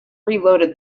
reloaded